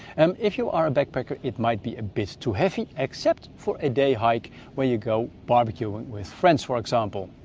um if you are a backpacker it might be a bit too heavy except for a a day hike where you go barbecuing with friends for example.